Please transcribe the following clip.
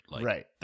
Right